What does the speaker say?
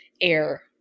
air